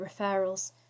referrals